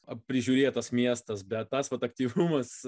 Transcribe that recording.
prižiurėtas miestas bet tas vat aktyvumas